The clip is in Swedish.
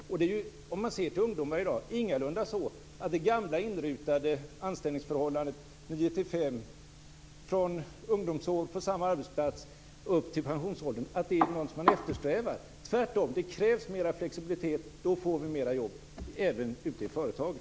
Om man ser till ungdomar i dag är det ingalunda så att det gamla inrutade anställningsförhållandet - 9-5, på samma arbetsplats från ungdomsår till pensionsålder - är något man eftersträvar. Tvärtom krävs det mer flexibilitet. Då får vi mer jobb, även ute i företagen.